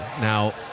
Now